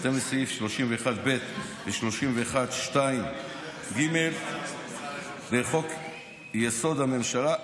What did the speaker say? בהתאם לסעיף 31ב ו-31(2ג) לחוק-יסוד: הממשלה,